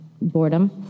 boredom